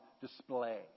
display